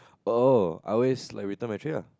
oh I always like return my tray lah